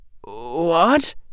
What